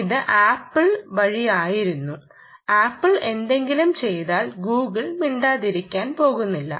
ഇത് ആപ്പിൾ വഴിയായിരുന്നു ആപ്പിൾ എന്തെങ്കിലും ചെയ്താൽ ഗൂഗിൾ മിണ്ടാതിരിക്കാൻ പോകുന്നില്ല